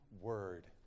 word